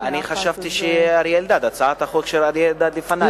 אני חשבתי שהצעת החוק של אריה אלדד לפני.